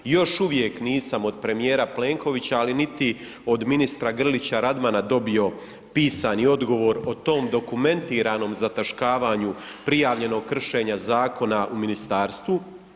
Još uvijek nisam od premijera Plenkovića, ali niti od ministra Grlića Radmana dobio pisani odgovor o tom dokumentiranom zataškavanju prijavljenog kršenja zakona u ministarstvo.